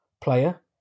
player